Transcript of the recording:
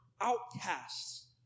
outcasts